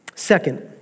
Second